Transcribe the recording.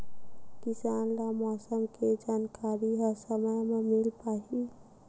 किसान ल मौसम के जानकारी ह समय म मिल पाही?